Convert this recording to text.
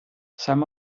some